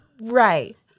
Right